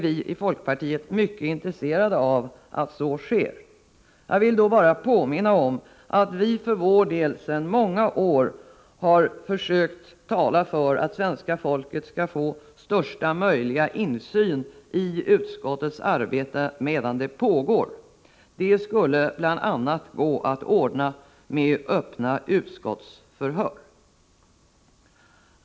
Vi i folkpartiet är mycket intresserade av att så sker; jag vill då bara påminna om att vi för vår del sedan många år tillbaka har försökt tala för att svenska folket skall få största möjliga insyn i utskottets arbete medan det pågår. Det skulle bl.a. gå att ordna med öppna utskottsförhör.